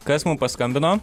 kas mum paskambino